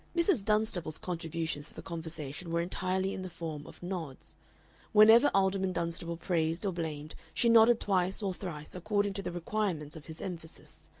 mrs. dunstable's contributions to the conversation were entirely in the form of nods whenever alderman dunstable praised or blamed she nodded twice or thrice, according to the requirements of his emphasis.